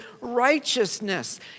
righteousness